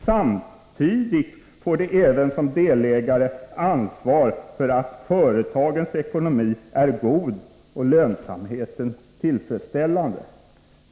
Samtidigt får de även som delägare ansvar för att företagens ekonomi är god och lönsamheten tillfredsställande.